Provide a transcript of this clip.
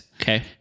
Okay